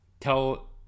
tell